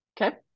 Okay